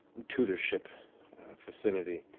tutorship vicinity,